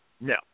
No